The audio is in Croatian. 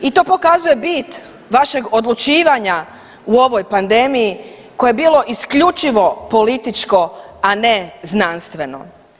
I to pokazuje bit vašeg odlučivanja u ovoj pandemiji koje je bilo isključivo političko, a ne znanstveno.